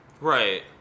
Right